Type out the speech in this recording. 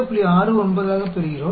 69 ஆகப் பெறுகிறோம்